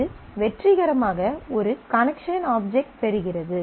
அது வெற்றிகரமாக ஒரு கனெக்சன் ஆப்ஜெக்ட் பெறுகிறது